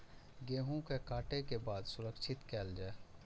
गेहूँ के काटे के बाद सुरक्षित कायल जाय?